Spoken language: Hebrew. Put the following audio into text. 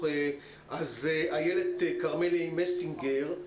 איילת כרמלי מסינגר,